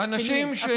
קצינים,